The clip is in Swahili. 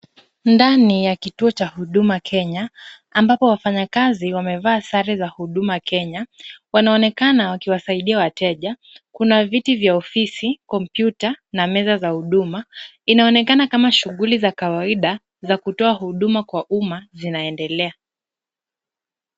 Ndani ya kituo cha Huduma Kenya ambapo wafanyakazi wamevaa sare za Huduma Kenya, wanaonekana wakiwasaidia wateja. Kuna viti vya ofisi, kompyuta na meza za huduma. Inaonekana kama shughuli za kawaida za kutoa huduma kwa umma zinaendelea.